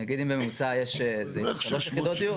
נגיד אם בממוצע יש שלוש יחידות דיור,